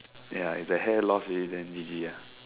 ya if the hair lost already then G_G ah